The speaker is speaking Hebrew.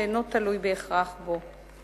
שאינו תלוי בהכרח בו.